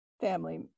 family